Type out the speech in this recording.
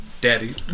Daddy